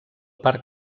parc